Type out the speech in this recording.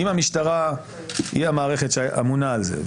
אם המשטרה היא המערכת שאמונה על זה,